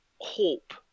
hope